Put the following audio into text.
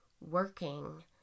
working